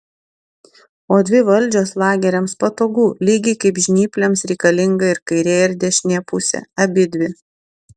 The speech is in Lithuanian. o dvi valdžios lageriams patogu lygiai kaip žnyplėms reikalinga ir kairė ir dešinė pusė abidvi